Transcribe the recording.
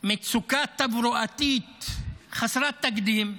מצוקה תברואתית חסרת תקדים,